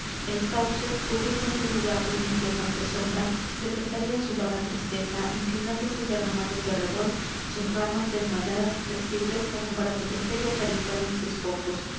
el sauce cubriendo aquel lugar de una flotante sombra le prestaría su vaga tristeza inclinándose y derramando en derredor sus ramas desmayadas y flexibles como para proteger y acariciar mis despojos